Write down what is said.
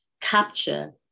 capture